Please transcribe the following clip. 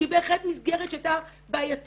שהיא בהחלט מסגרת שהייתה בעייתית,